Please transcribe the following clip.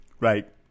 Right